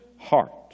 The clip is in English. heart